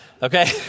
Okay